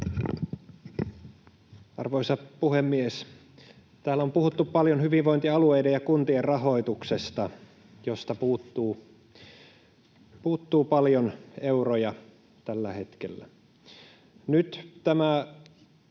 Arvoisa puhemies! Täällä on puhuttu paljon hyvinvointialueiden ja kuntien rahoituksesta, josta puuttuu paljon euroja tällä hetkellä. Nyt tämä